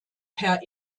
per